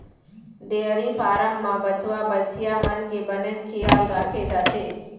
dairy farm म बछवा, बछिया मन के बनेच खियाल राखे जाथे